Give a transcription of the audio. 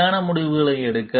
சரியான முடிவுகளை எடுக்க